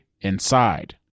inside